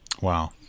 Wow